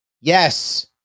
Yes